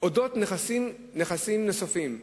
על נכסים נוספים.